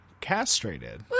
Castrated